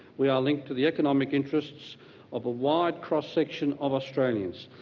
we are linked to the economic interests of a wide cross section of australians.